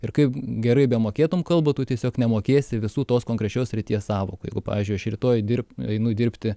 ir kaip gerai bemokėtum kalbą tu tiesiog nemokėsi visų tos konkrečios srities sąvokų jeigu pavyzdžiui aš rytoj dirbt einu dirbti